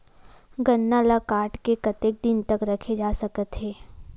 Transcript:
गन्ना ल काट के कतेक दिन तक रखे जा सकथे?